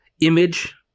image